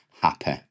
happy